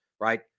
Right